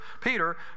Peter